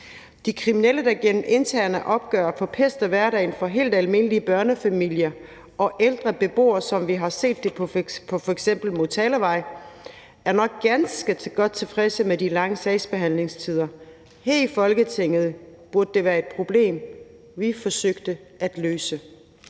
De kriminelle, der gennem interne opgør forpester hverdagen for helt almindelige børnefamilier og ældre beboere, som vi har set det på f.eks. Motalavej, er nok ganske godt tilfredse med de lange sagsbehandlingstider. Her i Folketinget burde det være et problem vi forsøgte at løse.